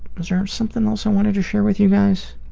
sort of something else i wanted to share with you, guys?